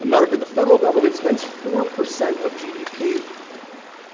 america, the federal government spends four percent of gdp